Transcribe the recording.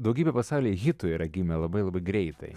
daugybė pasaulio hitų yra gimę labai labai greitai